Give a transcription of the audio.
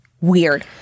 weird